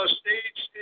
states